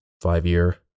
five-year